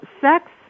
sex